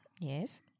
Yes